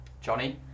johnny